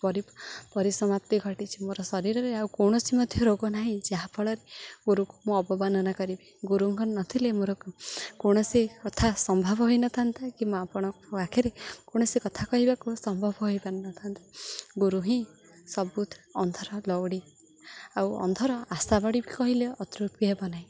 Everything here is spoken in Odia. ପରି ପରିସମାପ୍ତି ଘଟିଛି ମୋର ଶରୀରରେ ଆଉ କୌଣସି ମଧ୍ୟ ରୋଗ ନାହିଁ ଯାହାଫଳରେ ଗୁରୁକୁ ମୁଁ ଅବମାନନା କରିବି ଗୁରୁଙ୍କ ନଥିଲେ ମୋର କୌଣସି କଥା ସମ୍ଭବ ହୋଇନଥାନ୍ତା କି ମୁଁ ଆପଣଙ୍କ ପାଖରେ କୌଣସି କଥା କହିବାକୁ ସମ୍ଭବ ହେଇପାରିନଥାନ୍ତା ଗୁରୁ ହିଁ ସବୁଠୁ ଅନ୍ଧର ଲଉଡ଼ି ଆଉ ଅନ୍ଧର ଆଶାବାଡ଼ି ବି କହିଲେ ଅତୃପ୍ତି ହେବ ନାହିଁ